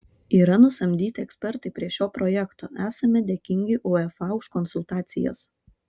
yra nusamdyti ekspertai prie šio projekto esame dėkingi uefa už konsultacijas